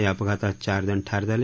या अपघातात चार जण ठार झाले